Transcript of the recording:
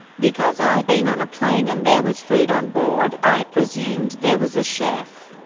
because i'd been on a plane and there was food on board, i presumed there was a chef.